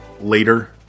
later